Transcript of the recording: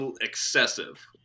excessive